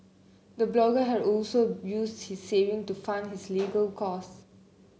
the blogger had also use his saving to fund his legal cost